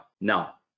now